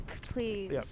please